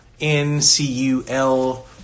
N-C-U-L